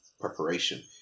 preparation